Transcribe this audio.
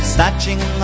Snatching